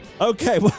Okay